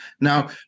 Now